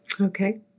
Okay